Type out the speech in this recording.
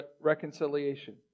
reconciliation